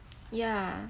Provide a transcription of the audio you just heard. yeah